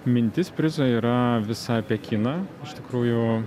mintis prizo yra visa apie kiną iš tikrųjų